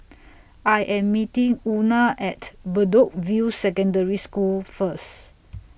I Am meeting Una At Bedok View Secondary School First